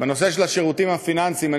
בנושא של השירותים הפיננסיים,